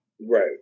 Right